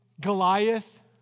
Goliath